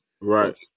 Right